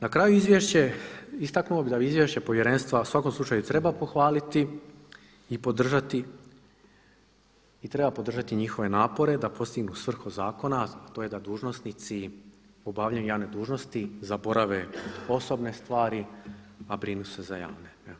Na kraju izvješće istaknuo bi da izvješće povjerenstva u svakom slučaju treba pohvaliti i podržati i treba podržati njihove napore da postignu svrhu zakona, a to je da dužnosnici u obavljanju javne dužnosti zaborave osobne stvari, a brinu se za javne.